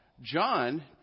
John